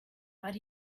but